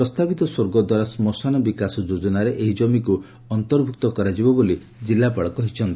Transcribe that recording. ପ୍ରସ୍ତାବିତ ସ୍ୱର୍ଗଦ୍ୱାର ଶ୍ମଶାନ ବିକାଶ ଯୋଜନାରେ ଏହି ଜମିକୁ ଅନ୍ତର୍ଭୁକ୍ତ କରାଯିବ ବୋଲି ଜିଲ୍ଲାପାଳ କହିଛନ୍ତି